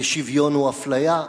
ושוויון הוא אפליה.